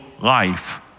life